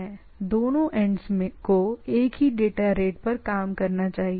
दोनों एंडस को एक ही डेटा रेट पर काम करना चाहिए